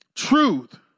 truth